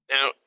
Now